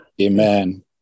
Amen